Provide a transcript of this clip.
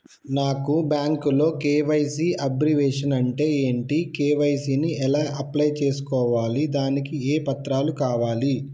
నాకు బ్యాంకులో KYC abbreviation అంటే ఏంటి కే.వై.సీ ని ఎలా అప్లై చేసుకోవాలి దానికి ఏ పత్రాలు కావాలి?